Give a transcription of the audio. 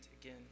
again